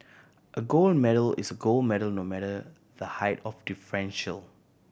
a gold medal is gold medal no matter the height of differential